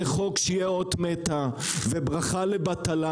זה חוק שיהיה אות מתה, זה ברכה לבטלה.